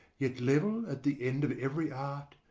yet level at the end of every art,